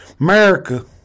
America